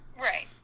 Right